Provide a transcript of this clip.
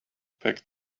packed